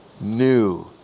new